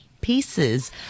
pieces